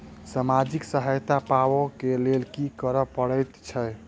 सामाजिक सहायता पाबै केँ लेल की करऽ पड़तै छी?